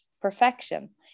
perfection